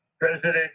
President